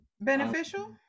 Beneficial